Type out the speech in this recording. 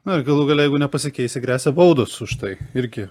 na ir galų gale jeigu nepasikeisi gresia baudos už tai irgi